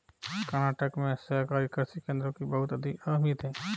कर्नाटक में सहकारी कृषि केंद्रों की बहुत अहमियत है